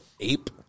ape